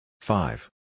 Five